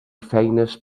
feines